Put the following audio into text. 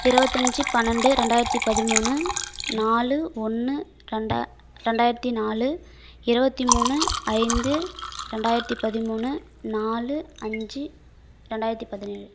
இருபத்தஞ்சி பன்னெரண்டு ரெண்டாயிரத்தி பதிமூணு நாலு ஒன்று ரெண்டா ரெண்டாயிரத்தி நாலு இருபத்தி மூணு ஐந்து ரெண்டாயிரத்தி பதிமூணு நாலு அஞ்சு ரெண்டாயிரத்தி பதினேழு